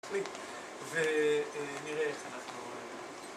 ונראה איך אנחנו עומדים